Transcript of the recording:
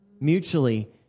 mutually